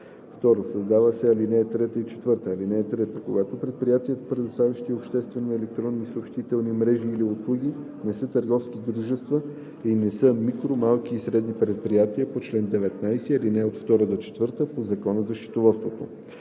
2. Създават се ал. 3 и 4: „(3) Когато предприятията, предоставящи обществени електронни съобщителни мрежи или услуги, не са търговски дружества и не са микро-, малки и средни предприятия по чл. 19, ал. 2 – 4 от Закона за счетоводството,